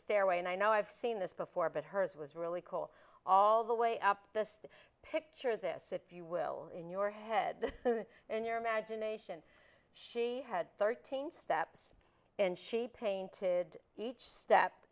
stairway and i know i've seen this before but hers was really cool all the way up this picture this if you will in your head and your imagination she had thirteen steps and she painted each step